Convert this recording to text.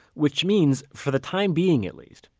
which means, for the time-being at least,